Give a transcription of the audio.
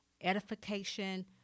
edification